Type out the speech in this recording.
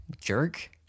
jerk